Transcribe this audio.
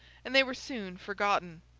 and they were soon forgotten.